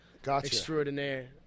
Extraordinaire